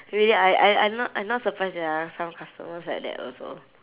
really I I I I'm not I'm not surprised there are some customers like that also